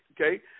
okay